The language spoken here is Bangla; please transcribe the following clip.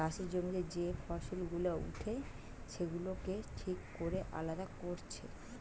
চাষের জমিতে যে ফসল গুলা উঠে সেগুলাকে ঠিক কোরে আলাদা কোরছে